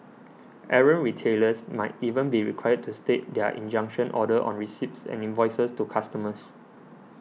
errant retailers might even be required to state their injunction order on receipts and invoices to customers